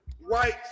white